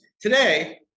Today